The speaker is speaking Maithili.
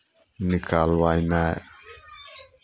निकलवेनाइ